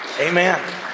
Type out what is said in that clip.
Amen